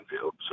field